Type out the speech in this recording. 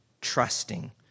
trusting